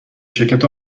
شرکت